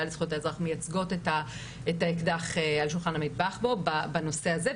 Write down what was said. לזכויות האזרח מייצגות את האזרח על שולחן המטבח בנושא הזה.